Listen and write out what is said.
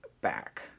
back